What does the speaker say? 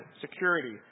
security